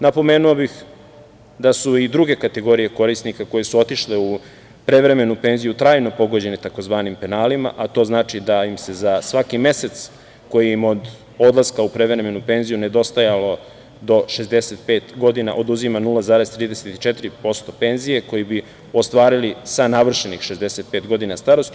Napomenuo bih da su i druge kategorije korisnika koje su otišle u prevremenu penziju trajno pogođene tzv. penalima, a to znači da im se za svaki mesec koji im od odlaska u prevremenu penziju, nedostajalo do 65 godina, oduzima 0,34% penzije koju bi ostvarili sa navršenih 65 godina starosti.